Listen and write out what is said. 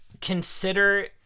consider